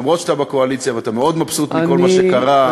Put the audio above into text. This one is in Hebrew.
אפילו שאתה בקואליציה ואתה מאוד מבסוט מכל מה שקרה.